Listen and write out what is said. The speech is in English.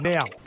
Now